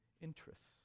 interests